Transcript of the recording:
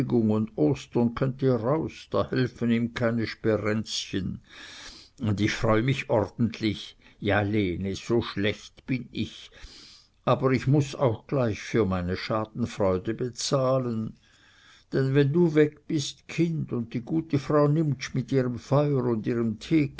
ostern könnt ihr raus da helfen ihm keine sperenzchen und ich freue mich ordentlich ja lene so schlecht bin ich aber ich muß auch gleich für meine schadenfreude bezahlen denn wenn du weg bist kind und die gute frau nimptsch mit ihrem feuer und ihrem